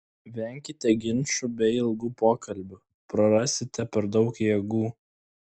venkite ginčų bei ilgų pokalbių prarasite per daug jėgų